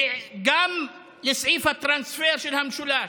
גם לסעיף הטרנספר של המשולש.